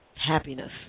happiness